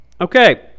Okay